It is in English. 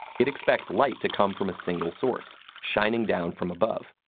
it expects light to come from a single source, shining down from above.